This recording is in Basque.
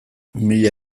mila